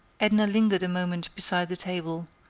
edna lingered a moment beside the table,